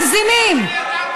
אתם מגזימים.